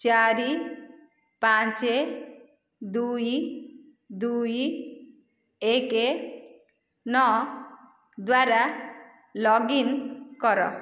ଚାରି ପାଞ୍ଚ ଦୁଇ ଦୁଇ ଏକ ନଅ ଦ୍ଵାରା ଲଗ୍ଇନ୍ କର